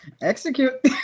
execute